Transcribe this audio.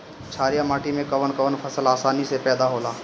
छारिया माटी मे कवन कवन फसल आसानी से पैदा होला?